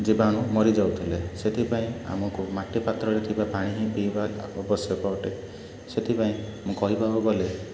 ଜୀବାଣୁ ମରିଯାଉଥିଲେ ସେଥିପାଇଁ ଆମକୁ ମାଟି ପାତ୍ରରେ ଥିବା ପାଣି ହିଁ ପିଇବା ଆବଶ୍ୟକ ଅଟେ ସେଥିପାଇଁ ମୁଁ କହିବାକୁ ଗଲେ